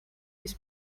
with